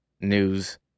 news